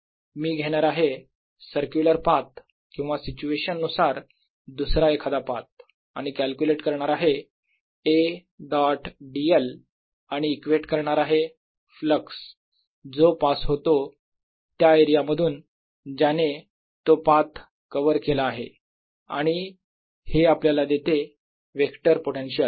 मी घेणार आहे circular path किंवा सिच्युएशन नुसार दुसरा एखादा पाथ आणि कॅल्क्युलेट करणार आहे A डॉट dl आणि इक्वेट करणार आहे फ्लक्स जो पास होतो त्या एरिया मधून ज्याने तो पाथ कव्हर केला आहे आणि हे आपल्याला देते वेक्टर पोटेन्शियल